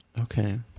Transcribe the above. Okay